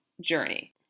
journey